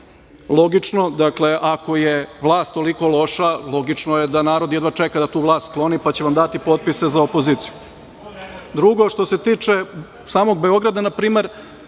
logično. Dakle, ako je vlast toliko loša, logično je da narod jedva čeka da tu vlast skloni, pa će vam dati potpise za opoziciju. Drugo, što se tiče samog Beograda, na primer,